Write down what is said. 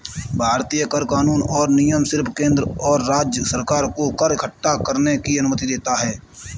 भारतीय कर कानून और नियम सिर्फ केंद्र और राज्य सरकार को कर इक्कठा करने की अनुमति देता है